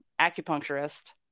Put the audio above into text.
acupuncturist